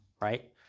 right